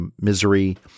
misery